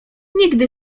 nigdy